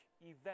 event